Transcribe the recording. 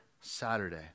Saturday